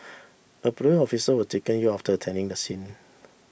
a police officer was taken ill after attending the scene